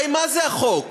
הרי מה זה החוק?